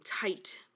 tight